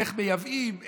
איך מייבאים?